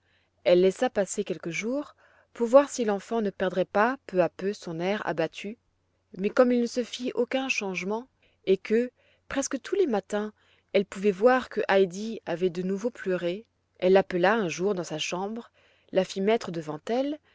elle laissa passer quelques jours pour voir si l'enfant ne perdrait pas peu à peu son air abattu mais comme il ne se fit aucun changement et que presque tous les matins elle pouvait voir que heidi avait de nouveau pleuré elle l'appela un jour dans sa chambre la fit mettre devant elle